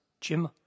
Jim